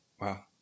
Wow